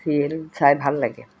serial চাই ভাল লাগে